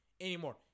anymore